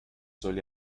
soll